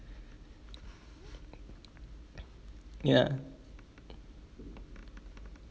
ya